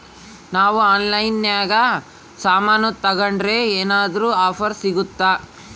ನಾವು ಆನ್ಲೈನಿನಾಗ ಸಾಮಾನು ತಗಂಡ್ರ ಏನಾದ್ರೂ ಆಫರ್ ಸಿಗುತ್ತಾ?